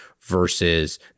versus